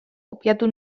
kopiatu